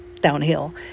downhill